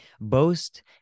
Boast